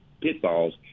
pitfalls